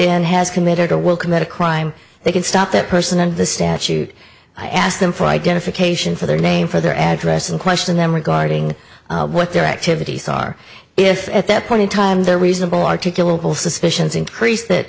in has committed or will commit a crime they can stop that person and the statute i ask them for identification for their name for their address and question them regarding what their activities are if at that point in time the reasonable articulable suspicion is increased that